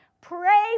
pray